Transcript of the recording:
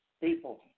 People